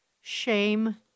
Shame